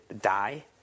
die